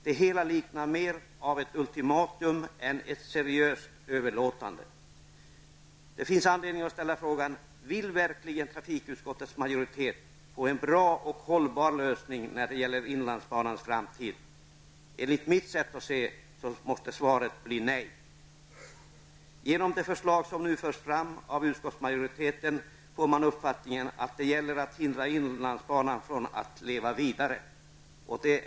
Det hela liknar mer ett ultimatum än ett seriöst överlåtande. Det finns anledning att ställa frågan: Vill verkligen trafikutskottets majoritet få en bra och hållbar lösning när det gäller inlandsbanans framtid? Enligt mitt sätt att se måste svaret bli nej. Av det förslag som nu förs fram av utskottsmajoriteten får man uppfattningen att det gäller att hindra inlandsbanan från att leva vidare.